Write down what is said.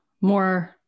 more